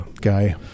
guy